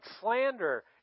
slander